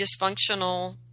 dysfunctional